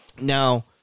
now